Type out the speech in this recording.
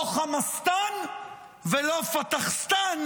לא חמאסטן ולא פתחסטן,